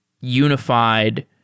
unified